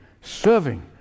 serving